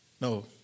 No